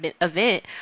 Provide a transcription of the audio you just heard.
event